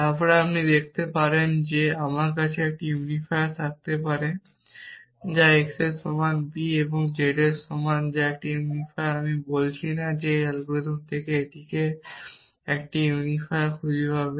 তারপর আপনি দেখতে পারেন যে আমার কাছে একটি ইউনিফায়ার থাকতে পারে যা x এর সমান b এবং z এর সমান যা একটি ইউনিফায়ার আমি বলছি না যে এই অ্যালগরিদমটি এটিকে একটি ইউনিফায়ার খুঁজে পাবে